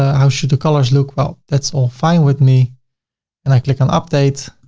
how should the colors look? well, that's all fine with me and i click on update,